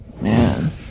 Man